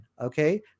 Okay